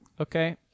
Okay